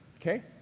Okay